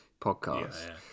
podcast